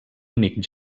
únic